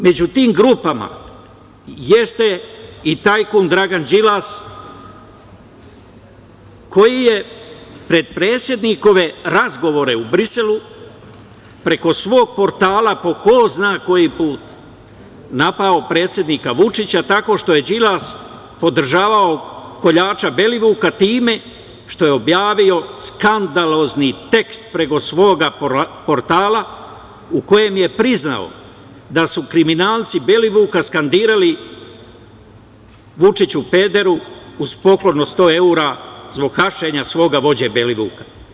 Među tim grupama jeste i tajkun Dragan Đilas koji je pred predsednikove razgovore u Briselu preko svog portala, po ko zna koji put napao predsednika Vučića tako što je Đilas podržavao koljača Belivuka time što je objavio skandalozni tekst preko svog portala u kojem je priznao da su kriminalci Belivuka skandirali – Vučiću pederu, uz poklon od 100 evra zbog hapšenja svoga vođe Belivuka.